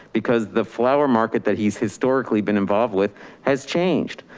because the flower market that he's historically been involved with has changed.